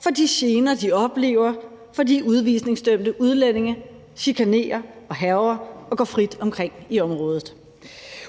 for de gener, de oplever, fordi udvisningsdømte udlændinge chikanerer, hærger og går frit omkring i området.